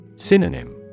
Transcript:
Synonym